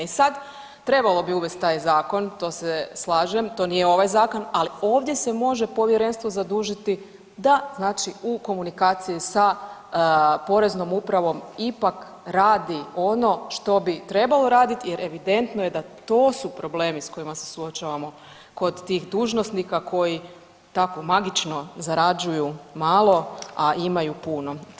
sad trebalo bi uvesti taj zakon, to se slažem, to nije ovaj zakon, ali ovdje se može Povjerenstvo zadužiti da znači u komunikaciji sa Poreznom upravom ipak radi ono što bi trebalo raditi jer evidentno je da to su problemi s kojima se suočavamo kod tih dužnosnika koji tako magično zarađuju malo, a imaju puno.